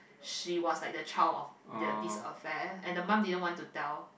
she was like the child of the this affair and the mum didn't want to tell